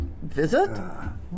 visit